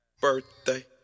Birthday